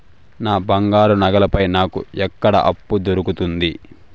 నా బంగారు నగల పైన నాకు ఎక్కడ అప్పు దొరుకుతుంది